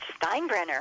Steinbrenner